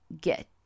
get